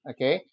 Okay